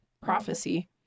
Prophecy